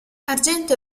argento